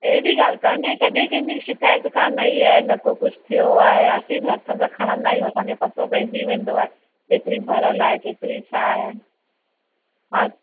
अहिड़ी ॻाल्हि काने कॾहिं कंहिंजी शिकायत कान आई आहे न को कुझु थियो आहे असीं बि हथ सां खणंदा आहियूं असांखे पतो पेईजी वेंदो आहे केतिरी भरियल आहे केतिरी छा आहे हा